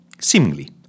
seemingly